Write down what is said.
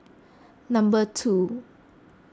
number two